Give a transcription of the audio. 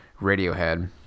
Radiohead